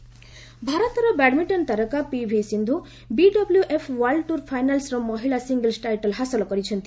badminton ଭାରତର badminton ତାରକା PV Sindhu BWF world tour ଫାଇନାଲ୍ସର ମହିଳା ସିଙ୍ଗିଲ୍ସ ଟାଇଟଲ ହାସଲ କରିଛନ୍ତି